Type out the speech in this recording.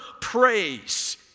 praise